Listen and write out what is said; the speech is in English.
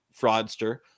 fraudster